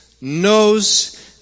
knows